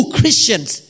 Christians